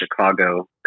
Chicago